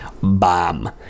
bomb